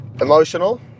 Emotional